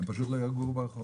הם פשוט לא יגורו ברחוב.